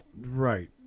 right